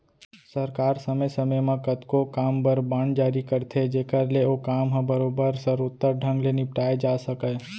सरकार समे समे म कतको काम बर बांड जारी करथे जेकर ले ओ काम ह बरोबर सरोत्तर ढंग ले निपटाए जा सकय